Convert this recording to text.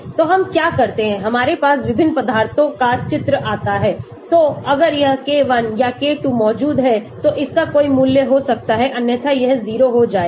तो हम क्या करते हैं हमारे पास विभिन्न पदार्थों का चित्र अता है तो अगर यह K1 या K2 मौजूद है तो इसका कोई मूल्य हो सकता है अन्यथा यह 0हो जाएगा